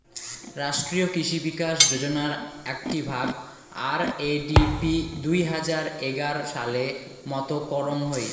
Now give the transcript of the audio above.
রাষ্ট্রীয় কৃষি বিকাশ যোজনার আকটি ভাগ, আর.এ.ডি.পি দুই হাজার এগার সালে মত করং হই